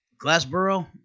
Glassboro